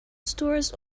stores